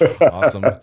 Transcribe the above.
Awesome